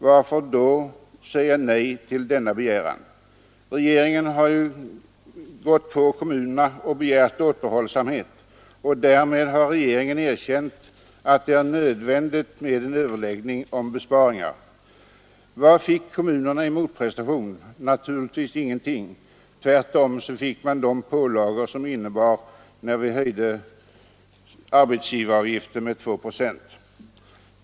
Varför då säga nej till denna begäran? Regeringen har ju gått på kommunerna och begärt återhållsamhet. Därmed har regeringen erkänt att det är nödvändigt med överläggningar om besparingar. Vad fick kommunerna i motprestation? Naturligtvis ingenting, tvärtom fick de en pålaga, när arbetsgivaravgiften höjdes med ytterligare två procent.